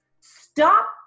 stop